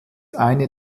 eine